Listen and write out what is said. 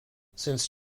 since